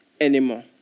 anymore